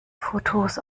fotos